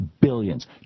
billions